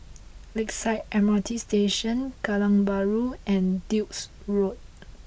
Lakeside M R T Station Kallang Bahru and Duke's Road